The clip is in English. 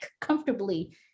comfortably